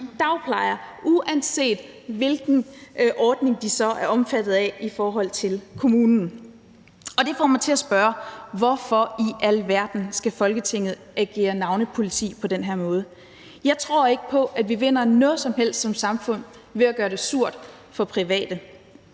dagplejere, uanset hvilken ordning de så er omfattet af i forhold til kommunen. Det får mig til at spørge: Hvorfor i alverden skal Folketinget agere navnepoliti på den her måde? Jeg tror ikke på, at vi vinder noget som helst som samfund ved at gøre det surt for private.